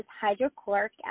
hydrochloric